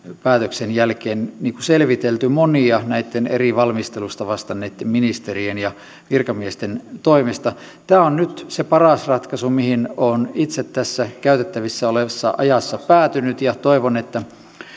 päätöksen jälkeen selvitelty näitten eri valmistelusta vastanneitten ministerien ja virkamiesten toimesta tämä on nyt se paras ratkaisu mihin olen itse tässä käytettävissä olevassa ajassa päätynyt ja toivon että